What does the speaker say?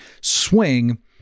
swing